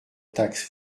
taxe